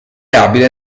abile